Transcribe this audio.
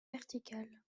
vertical